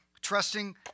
trusting